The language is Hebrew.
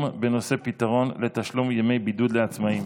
בנושא: פתרון לתשלום ימי בידוד לעצמאים,